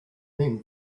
men